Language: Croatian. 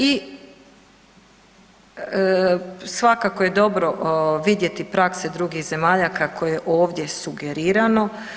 I svakako je dobro vidjeti prakse drugih zemalja kako je ovdje sugerirano.